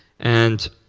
and